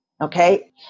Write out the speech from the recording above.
okay